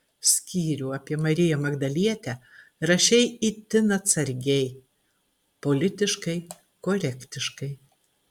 skyrių apie mariją magdalietę rašei itin atsargiai politiškai korektiškai